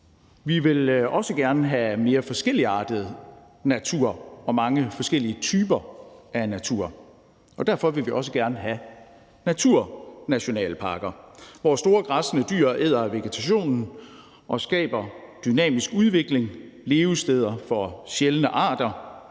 Vi vil også gerne have mere forskelligartet natur og mange forskellige typer af natur, og derfor vil vi også gerne have naturnationalparker, hvor store græssende dyr æder af vegetationen og skaber dynamisk udvikling, levesteder for sjældne arter,